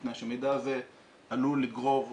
מכיוון שהמידע הזה עלול לגרום ביקורת,